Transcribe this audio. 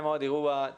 להיות ב"זום",